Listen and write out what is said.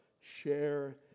share